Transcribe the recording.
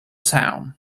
town